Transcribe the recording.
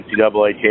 NCAA